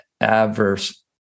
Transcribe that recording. adverse